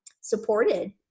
supported